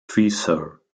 thrissur